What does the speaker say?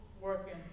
working